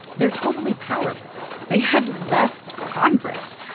they're totally powerless. they had left congress.